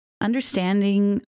understanding